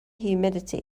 humidity